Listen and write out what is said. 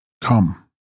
come